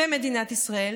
במדינת ישראל,